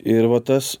ir vat tas